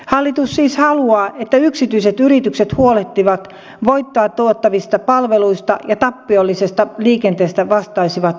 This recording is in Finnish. hallitus siis haluaa että yksityiset yritykset huolehtivat voittoa tuottavista palveluista ja tappiollisesta liikenteestä vastaisivat veronmaksajat